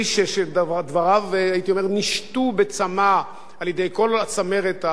נשתו בצמא על-ידי כל הצמרת הביטחונית והמדינית שלנו,